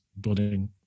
building